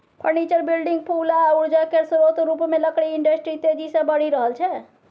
furniture, building, पुल आ उर्जा केर स्रोत रुपमे लकड़ी इंडस्ट्री तेजी सँ बढ़ि रहल छै